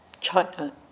China